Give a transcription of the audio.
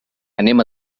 anem